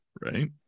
Right